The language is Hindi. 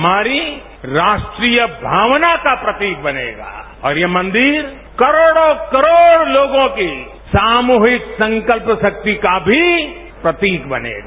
हमारी राष्ट्रीय भावना का प्रतीक बनेगा और यह मंदिर करोड़ॉ करोड़लोगों की सामूहिक संकल्प शक्ति का भी प्रतीक बनेगा